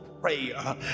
prayer